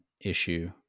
issue